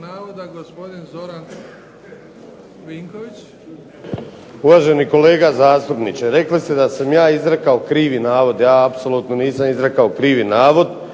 Uvaženi kolega zastupniče rekli ste da sam ja izrekao krivi navod. Ja apsolutno nisam izrekao krivi navod